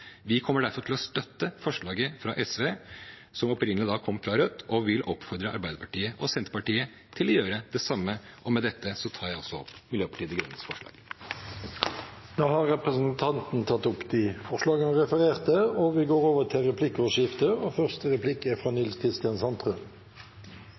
Vi kommer derfor til å støtte forslaget fra SV, som opprinnelig kom fra Rødt, og vil oppfordre Arbeiderpartiet og Senterpartiet til å gjøre det samme. Med dette tar jeg opp Miljøpartiet De Grønnes forslag. Da har representanten Kristoffer Robin Haug tatt opp det forslaget han refererte